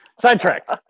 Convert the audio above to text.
Sidetracked